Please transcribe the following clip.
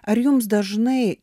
ar jums dažnai